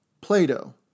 Plato